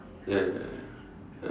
ya ya ya ya ya